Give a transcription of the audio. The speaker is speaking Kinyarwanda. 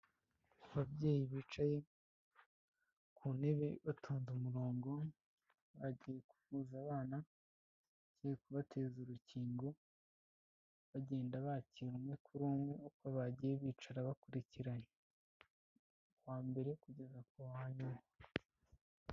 Ababyeyi bicaye ku ntebe batonze umurongo, bagiye kuvuza abana, bagiye kubateza urukingo, bagenda bakira umwe kuri umwe uko bagiye bicara bakurikiranye, kuva ku wa mbere kugeza ku wa nyuma.